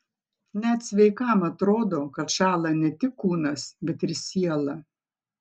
net sveikam atrodo kad šąla ne tik kūnas bet ir siela